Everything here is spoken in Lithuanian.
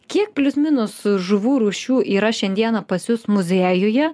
kiek plius minus žuvų rūšių yra šiandieną pas jus muziejuje